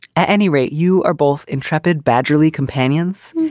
any rate, you are both intrepid badgley companions,